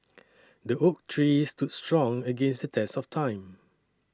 the oak tree stood strong against the test of time